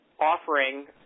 offering